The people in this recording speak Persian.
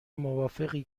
موافقی